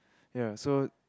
ya so